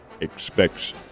expects